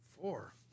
four